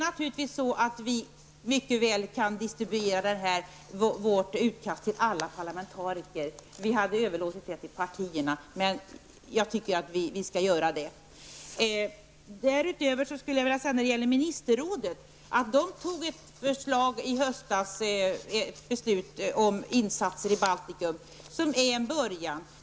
Naturligtvis kan vi mycket väl distribuera vårt utkast till alla parlamentariker. Vi hade överlåtit det arbetet åt partierna, men jag anser att vi skall göra detta. När det gäller Ministerrådet vill jag därutöver säga att det i höstas fattade beslut om insatser i Baltikum, och det är en början.